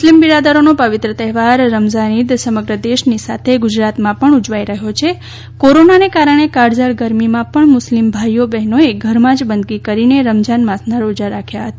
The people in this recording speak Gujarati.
મુસ્લિમ બિરદારોનો પવિત્ર તહેવાર રમઝાન ઇદ સમગ્ર દેશની સાથે ગુજરાતમાં પણ ઉજવાઇ રહ્યો છે કોરોનાના કારણે કાળઝાળ ગરમીમાં પણ મુસ્લિમ ભાઇઓ બહેનોએ ઘરમાં જ બંદગી કરીને રમઝાન માસના રોજા રાખ્યા હતા